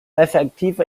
effektiver